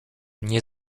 nie